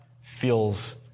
feels